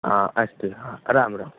अ अस्तु रा राम राम